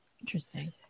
Interesting